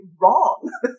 wrong